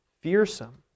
fearsome